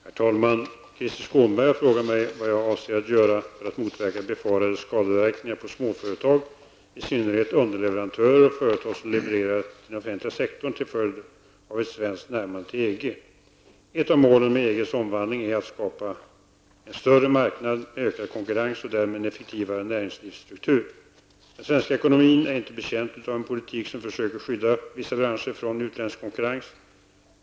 Herr talman! Krister Skånberg har frågat mig vad jag avser att göra för att motverka befarade skadeverkningar på småföretag -- i synnerhet underleverantörer och företag som levererar till den offentliga sektorn -- till följd av ett svenskt närmande till EG. Ett av målen med EGs omvandling är att skapa en större marknad med ökad konkurrens och därmed en effektivare näringslivsstruktur. Den svenska ekonomin är inte betjänt av en politik som försöker skydda vissa branscher från utländsk konkurrens.